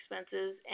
expenses